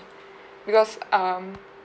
because um